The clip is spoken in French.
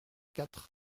quatre